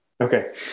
Okay